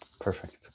Perfect